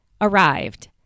arrived